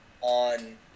on